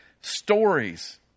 stories